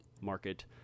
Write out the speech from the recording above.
market